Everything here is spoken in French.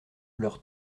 leur